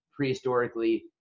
prehistorically